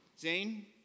Zane